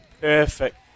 perfect